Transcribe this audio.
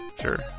sure